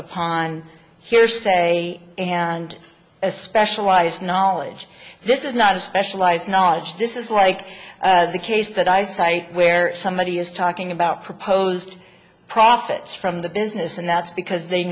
upon hearsay and a specialized knowledge this is not a specialized knowledge this is like the case that i cite where somebody is talking about proposed profits from the business and that's because they